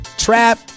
Trap